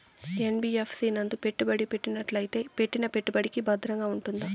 NBFC నందు పెట్టుబడి పెట్టినట్టయితే పెట్టిన పెట్టుబడికి భద్రంగా ఉంటుందా?